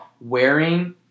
wearing